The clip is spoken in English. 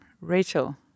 Rachel